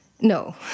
No